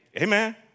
Amen